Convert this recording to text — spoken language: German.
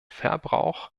verbrauch